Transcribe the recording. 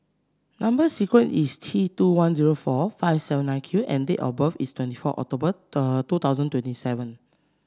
number sequence is T two one zero four five seven nine Q and date of birth is twenty four October two thousand twenty seven